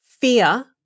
fear